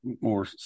more